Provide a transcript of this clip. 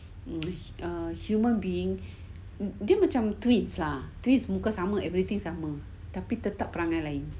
human being dia macam twins lah twins muka sama everything sama tapi tetap perangai lain